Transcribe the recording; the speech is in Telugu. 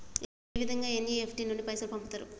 ఏ విధంగా ఎన్.ఇ.ఎఫ్.టి నుండి పైసలు పంపుతరు?